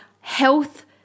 health